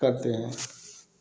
करते हैं